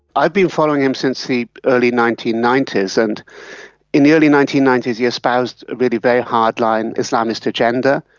i've been following him since the early nineteen ninety s, and in the early nineteen ninety s he espoused ah really a very hard-line islamist agenda.